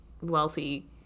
wealthy